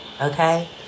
Okay